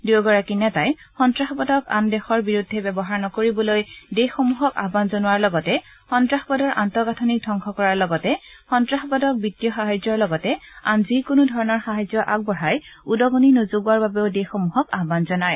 দুয়োগৰাকী নেতাই সন্ত্ৰাসবাদক আন দেশৰ বিৰুদ্ধে ব্যৱহাৰ নকৰিবলৈ দেশসমূহক আহ্য়ন জনোৱাৰ লগতে সন্তাসবাদৰ আন্তঃগাঠনিক ধবংস কৰাৰ লগতে সন্তাসবাদক বিত্তীয় সাহায্যৰ লগতে আন যিকোনো ধৰণৰ সাহায্য আগবঢ়াই উদগণি নোযোগোৱাৰ বাবেও দেশসমূহক আহান জনায়